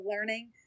learning